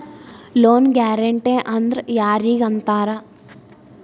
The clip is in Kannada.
ಲೊನ್ ಗ್ಯಾರಂಟೇ ಅಂದ್ರ್ ಯಾರಿಗ್ ಅಂತಾರ?